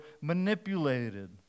manipulated